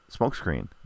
smokescreen